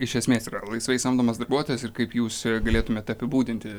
iš esmės yra laisvai samdomas darbuotojas ir kaip jūs galėtumėt apibūdinti